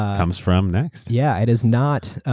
comes from next. yeah. it is not.